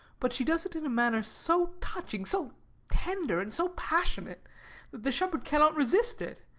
but she does it in a manner so touching, so tender, and so passionate that the shepherd cannot resist it,